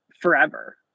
forever